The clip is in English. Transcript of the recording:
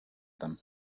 them